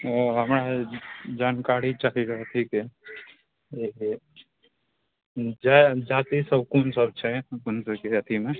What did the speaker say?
ओ हमरा जानकारी चाही रऽ अथीके जाति सब कोन सब छै अपन सबके अथीमे